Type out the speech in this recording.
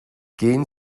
gehen